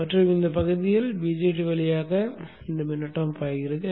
எனவே இந்த பகுதியில் மட்டுமே BJT வழியாக மின்னோட்டம் பாய்கிறது